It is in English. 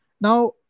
Now